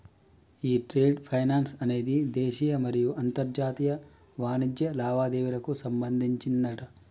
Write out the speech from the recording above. ఈ trade finance అనేది దేశీయ మరియు అంతర్జాతీయ వాణిజ్య లావాదేవీలకు సంబంధించిందట